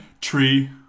Tree